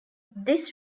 this